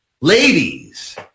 Ladies